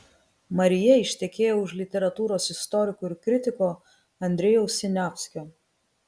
marija ištekėjo už literatūros istoriko ir kritiko andrejaus siniavskio